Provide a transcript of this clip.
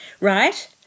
right